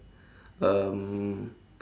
um